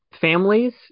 families